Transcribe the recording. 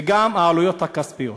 וגם העלויות הכספיות.